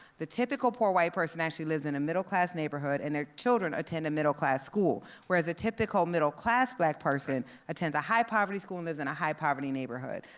the typical poor white person actually lives in a middle class neighborhood, and their children attend a middle class school. whereas the typical middle class black person attends a high poverty school and lives in a high poverty neighborhood,